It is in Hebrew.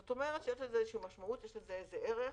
זאת אומרת שיש לזה איזושהי משמעות ויש לזה איזשהו ערך.